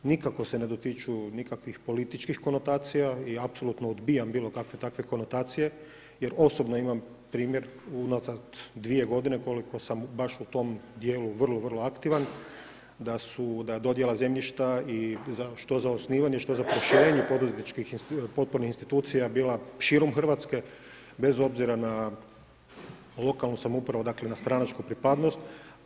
Nikako se ne dotiču nikakvih političkih konotacija i apsolutno odbijam bilo kakve takve konotacije, jer osobno imam primjer unazad dvije godine koliko sam baš u tom dijelu vrlo, vrlo aktivan da su, da je dodjela zemljišta, što za osnivanje, što za proširenje poduzetničkih potpornih institucija bila širom Hrvatske bez obzira na lokalnu samoupravu, dakle na stranačku pripadnost.